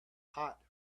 hot